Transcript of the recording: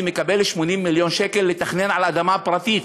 מקבל 80 מיליון שקל לתכנן על אדמה פרטית,